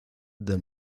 del